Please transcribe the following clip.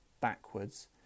backwards